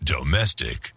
Domestic